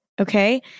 okay